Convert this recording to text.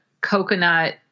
coconut